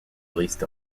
released